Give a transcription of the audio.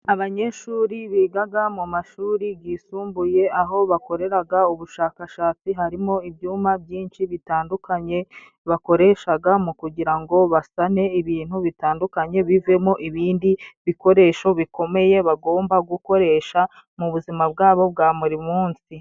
Abanyeshuri bigaga mu mashuri gisumbuye, aho bakoreraga ubushakashatsi, harimo ibyuma byinshi bitandukanye bakoreshaga, mu kugira ngo basane ibintu bitandukanye, bivemo ibindi bikoresho bikomeye bagomba gukoresha mu buzima bwa bo bwa buri munsi.